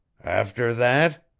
after that?